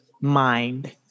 mind